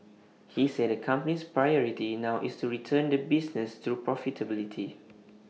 he said the company's priority now is to return the business to profitability